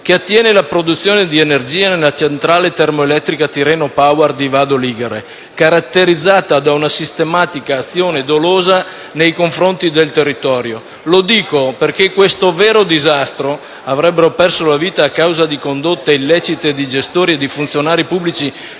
che attiene alla produzione di energia nella centrale termoelettrica Tirreno Power di Vado Ligure, caratterizzata da una sistematica azione dolosa nei confronti del territorio. Lo dico perché questo vero disastro (in cui avrebbero perso la vita, a causa di condotte illecite di gestori e di funzionari pubblici,